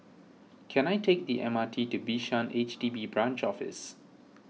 can I take the M R T to Bishan H D B Branch Office